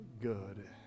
good